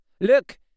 Look